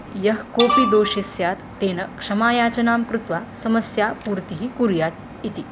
यः कोऽपि दोषे स्यात् तेन क्षमायाचनां कृत्वा समस्यापूर्तिं कुर्यात् इति